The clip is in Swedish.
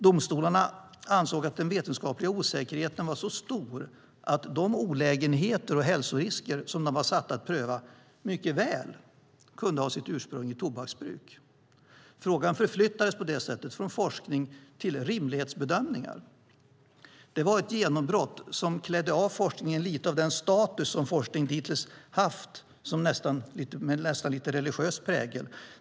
Domstolarna ansåg att den vetenskapliga osäkerheten var så stor att de olägenheter och hälsorisker som de var satta att pröva mycket väl kunde ha sitt ursprung i tobaksbruk. Frågan förflyttades på det sättet från forskning till rimlighetsbedömningar. Det var ett genombrott som klädde av forskningen lite av den status som forskningen dittills haft med en nästan religiös prägel.